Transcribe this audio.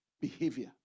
behavior